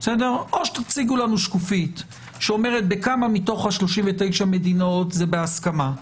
או תציגו לנו שקופית שאומרת בכמה מתוך ה-39 מדינות זה בהסכמה,